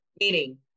meaning